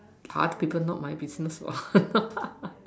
other people not my business what